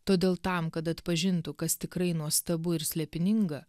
todėl tam kad atpažintų kas tikrai nuostabu ir slėpininga